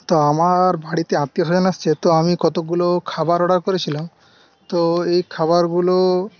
তো আমার বাড়িতে আত্মীয় স্বজন আসছে তো আমি কতগুলো খাবার অর্ডার করেছিলাম তো এই খাবারগুলো